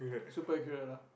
super accurate ah